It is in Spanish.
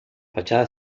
fachada